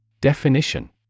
Definition